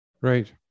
right